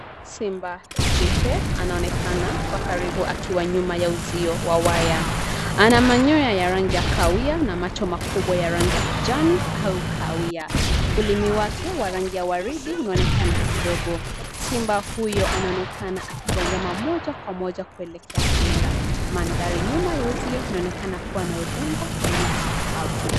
Simba jike anaonekana kwa karibu akiwa nyuma ya uzio wa waya. Ana manyoya ya rangi ya kahawia na macho makubwa ya rangi ya kijani au kahawia. Ulimi wake wa rangi ya waridi unaonekana kidogo. Simba huyu anaonekana akitazama moja kwa moja kuelekea kamera. Mandhari nyuma za uzio yanaonekana kuwa na udongo wa nyasi kavu.